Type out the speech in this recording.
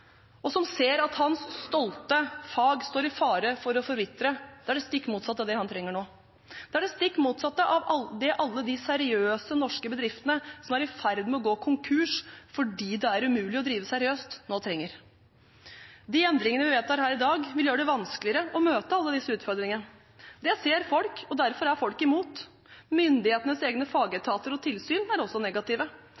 og som ser at hans stolte fag står i fare for å forvitre, trenger nå. Det er det stikk motsatte av det alle de seriøse norske bedriftene som er i ferd med å gå konkurs fordi det er umulig å drive seriøst, nå trenger. De endringene vi vedtar her i dag, vil gjøre det vanskeligere å møte alle disse utfordringene. Det ser folk, og derfor er folk imot. Myndighetenes egne fagetater og tilsyn er også negative.